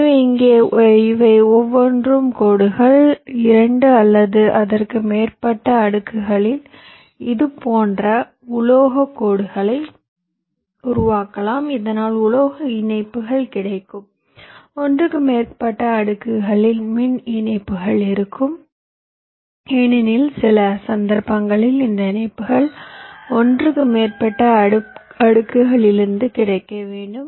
எனவே இங்கே இவை ஒவ்வொன்றும் கோடுகள் இரண்டு அல்லது அதற்கு மேற்பட்ட அடுக்குகளில் இதுபோன்ற உலோகக் கோடுகளை உருவாக்கலாம் இதனால் உலோக இணைப்புகள் கிடைக்கும் ஒன்றுக்கு மேற்பட்ட அடுக்குகளில் மின் இணைப்புகள் இருக்கும் ஏனெனில் சில சந்தர்ப்பங்களில் இந்த இணைப்புகள் ஒன்றுக்கு மேற்பட்ட அடுக்குகளிலும் கிடைக்க வேண்டும்